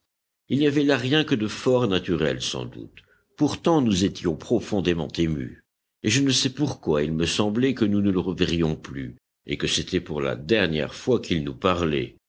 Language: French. il n'y avait là rien que de fort naturel sans doute pourtant nous étions profondément émus et je ne sais pourquoi il me semblait que nous ne le reverrions plus et que c'était pour la dernière fois qu'il nous parlait